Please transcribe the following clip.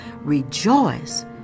rejoice